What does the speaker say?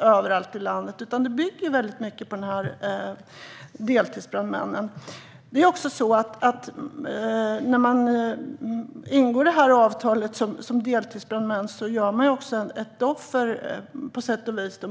överallt i landet, utan brandförsvaret bygger mycket på deltidsbrandmän. Den som ingår ett avtal att vara deltidsbrandman offrar också något.